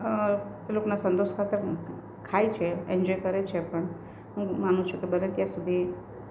એ લોકના સંતોષ ખાતર ખાય છે એન્જોય કરે છે પણ હું માનું છું કે બને ત્યાં સુધી